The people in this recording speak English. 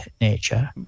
nature